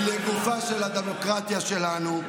היא לגופה של הדמוקרטיה שלנו,